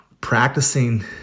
practicing